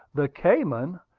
the cayman,